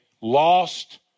lost